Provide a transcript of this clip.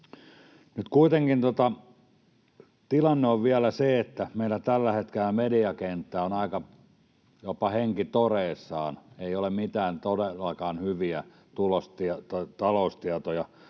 Nyt kuitenkin tilanne on vielä se, että meillä tällä hetkellä mediakenttä on jopa aika henkitoreissaan: ei ole todellakaan mitään hyviä taloustietoja